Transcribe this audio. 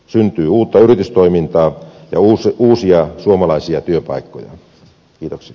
syntyy uutta yritystoimintaa ja uusia suomalaisia työpaikkoja